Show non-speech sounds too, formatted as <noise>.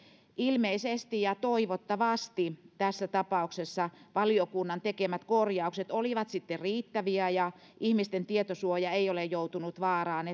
ilmeisesti ja toivottavasti tässä tapauksessa valiokunnan tekemät korjaukset olivat sitten riittäviä ja ihmisten tietosuoja ei ole joutunut vaaraan <unintelligible>